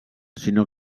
sinó